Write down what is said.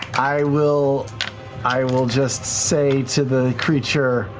i will i will just say to the creature